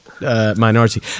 minority